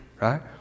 right